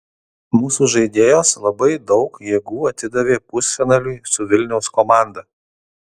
mūsų žaidėjos labai daug jėgų atidavė pusfinaliui su vilniaus komanda